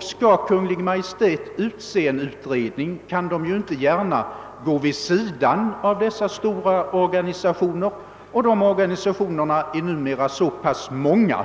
Skall Kungl. Maj:t tillsätta en utredning kan man ju inte gärna gå vid sidan av dessa stora organisationer. Dessa är numera så pass många,